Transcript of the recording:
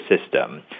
system